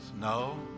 No